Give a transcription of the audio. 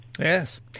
Yes